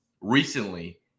recently